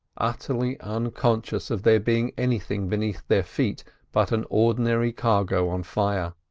utterly unconscious of there being anything beneath their feet but an ordinary cargo on fire.